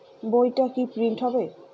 বইটা কি প্রিন্ট হবে?